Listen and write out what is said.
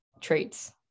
traits